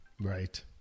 Right